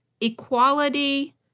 equality